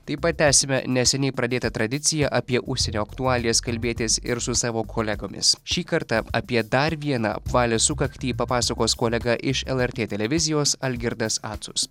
taip pat tęsime neseniai pradėtą tradiciją apie užsienio aktualijas kalbėtis ir su savo kolegomis šį kartą apie dar vieną apvalią sukaktį papasakos kolega iš lrt televizijos algirdas acus